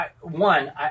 One